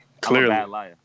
Clearly